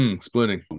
Splitting